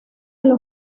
los